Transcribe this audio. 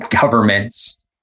governments